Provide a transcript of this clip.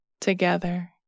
together